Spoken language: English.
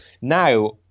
Now